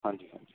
ਹਾਂਜੀ ਹਾਂਜੀ